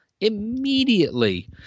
immediately